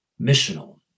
missional